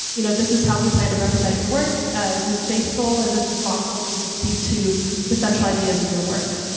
you know this is how we plan to represent your work. is this faithful? is this responsible? does this speak to the central ideas of your work?